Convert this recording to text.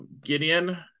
Gideon